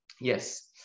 yes